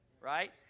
right